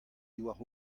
diwar